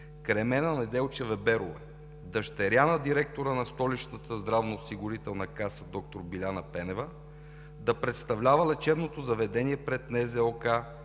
Кремена Неделчева Берова – дъщеря на директора на Столичната здравноосигурителна каса д-р Биляна Пенева, да представлява лечебното заведение пред НЗОК,